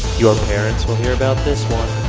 your parents will hear about this one